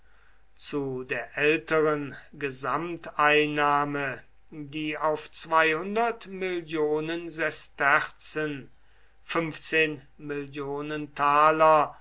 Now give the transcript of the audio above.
zu der älteren gesamteinnahme die auf sesterzen